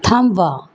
थांबवा